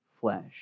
flesh